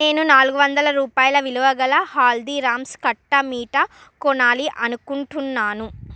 నేను నాలుగు వందల రూపాయల విలువ గల హల్దీరామ్స్ కట్టా మీఠా కొనాలి అనుకుంటున్నాను